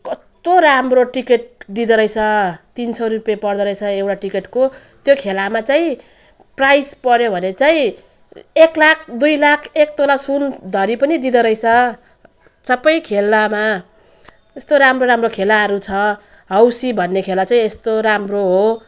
कस्तो राम्रो टिकट दिँदोरहेछ तिन सौ रुपियाँ पर्दोरहेछ एउटा टिकटको त्यो खेलामा चाहिँ प्राइस पर्यो भने चाहिँ एक लाख दुई लाख एक तोला सुनधरि पनि दिँदोरहेछ सबै खेलामा यस्तो राम्रो राम्रो खेलाहरू छ हौसी भन्ने खेला चाहिँ यस्तो राम्रो हो